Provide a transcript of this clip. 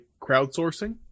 crowdsourcing